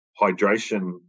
hydration